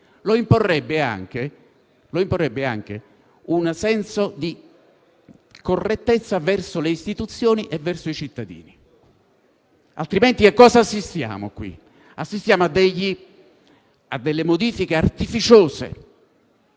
lo imporrebbe anche un senso di correttezza verso le istituzioni e i cittadini. Altrimenti a cosa assistiamo qui? Assistiamo a delle modifiche artificiose